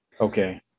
Okay